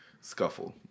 Scuffle